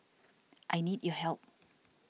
I need your help